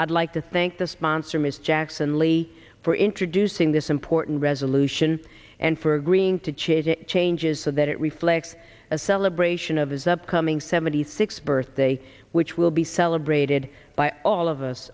i'd like to thank the sponsor ms jackson lee for introducing this important resolution and for agreeing to change it changes so that it reflects a celebration of his upcoming seventy sixth birthday which will be celebrated by all of us